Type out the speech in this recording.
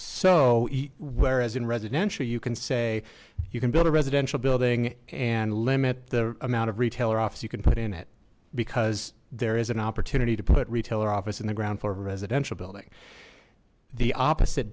so whereas in residential you can say you can build a residential building and limit the amount of retailer office you can put in it because there is an opportunity to put retailer office in the ground floor of a residential building the opposite